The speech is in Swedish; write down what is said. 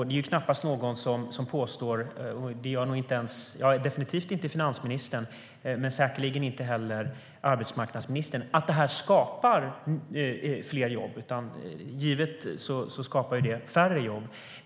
Det är knappast någon - definitivt inte finansministern men säkerligen inte heller arbetsmarknadsministern - som påstår att detta skapar fler jobb. Det skapar färre jobb.